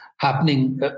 happening